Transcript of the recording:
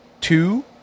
Two